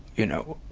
you know,